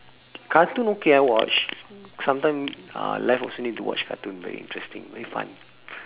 cartoon okay I watch sometime uh life also need to watch cartoon very interesting very fun